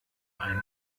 ein